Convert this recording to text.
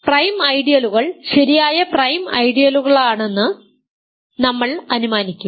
അതിനാൽ പ്രൈം ഐഡിയലുകൾ ശരിയായ പ്രൈം ഐഡിയലുകളാണെന്ന് എന്ന് നമ്മൾ അനുമാനിക്കും